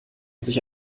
sich